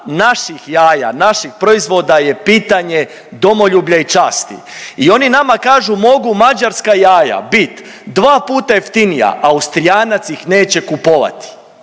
naših jaja, naših proizvoda je pitanje domoljublja i časti i oni nama kažu mogu mađarska jaja bit dva puta jeftinija, Austrijanac ih neće kupovati.